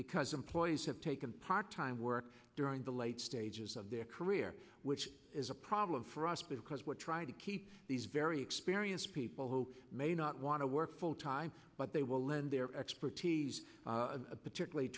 because employees have taken part time work during the late stages of their career which is a problem for us because we're trying to keep these very experienced people who may not want to work full time but they will lend their expertise particularly